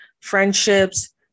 friendships